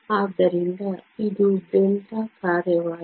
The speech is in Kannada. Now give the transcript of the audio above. ಆದ್ದರಿಂದ ಇದು ಡೆಲ್ಟಾ ಕಾರ್ಯವಾಗಿದೆ